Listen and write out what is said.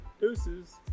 deuces